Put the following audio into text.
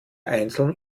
einzeln